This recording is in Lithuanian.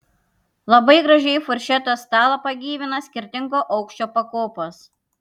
labai gražiai furšeto stalą pagyvina skirtingo aukščio pakopos